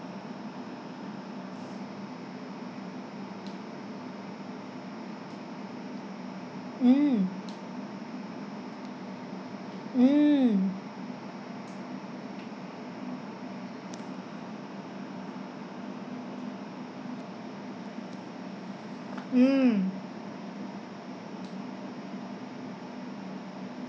mm mm mm